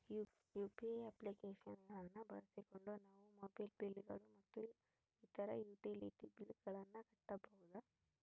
UPI application ಗಳನ್ನ ಬಳಸಿಕೊಂಡು ನಾವು ಮೊಬೈಲ್ ಬಿಲ್ ಗಳು ಮತ್ತು ಇತರ ಯುಟಿಲಿಟಿ ಬಿಲ್ ಗಳನ್ನ ಕಟ್ಟಬಹುದು